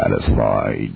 satisfied